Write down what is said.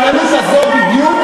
לא, זה היה שלישית, אבל לא שמת לב.